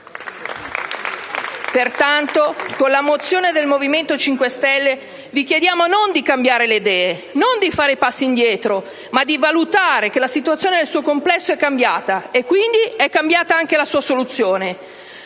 Pertanto, con la mozione del Movimento 5 Stelle vi chiediamo non di cambiare le idee, non di fare passi indietro, ma di valutare che la situazione nel suo complesso è cambiata e, quindi, è cambiata anche la sua soluzione.